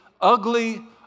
ugly